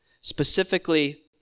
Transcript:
Specifically